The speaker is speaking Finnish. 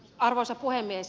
arvoisa puhemies